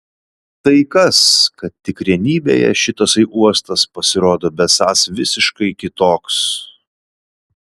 tai kas kad tikrenybėje šitasai uostas pasirodo besąs visiškai kitoks